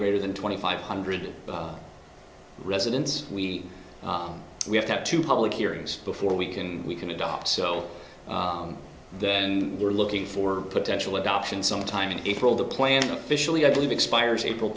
greater than twenty five hundred residents we we have to have two public hearings before we can we can adopt so we're looking for potential adoption sometime in april the plan officially i believe expires april